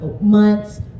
months